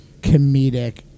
comedic